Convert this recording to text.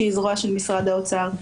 שהיא זרוע של משרד האוצר,